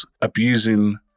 abusing